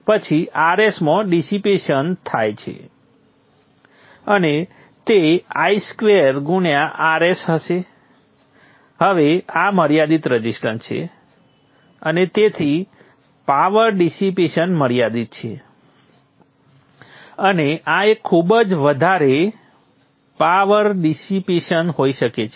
પછી Rs માં dissipation થાય છે અને તે I સ્ક્વેર ગુણ્યા Rs હવે આ મર્યાદિત રઝિસ્ટન્સ છે અને તેથી પાવર ડિસિપેશન મર્યાદિત છે અને આ એક ખુબજ વધારે સમયનો સંદર્ભ લો 0545 પાવર ડિસિપેશન હોઈ શકે છે